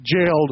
jailed